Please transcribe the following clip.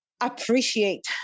appreciate